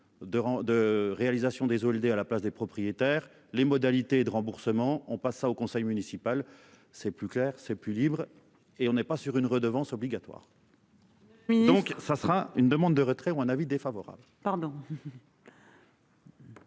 de réalisation des Zolder, à la place des propriétaires, les modalités de remboursement on passa au conseil municipal, c'est plus clair, c'est plus libre et on n'est pas sur une redevance obligatoire. Oui donc ça sera une demande de retrait ou un avis défavorable,